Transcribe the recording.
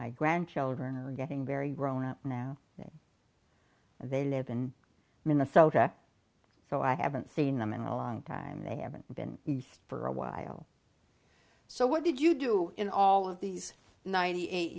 my grandchildren are getting very grown up now they live in minnesota so i haven't seen them in a long time they haven't been for a while so what did you do in all of these ninety eight